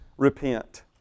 Repent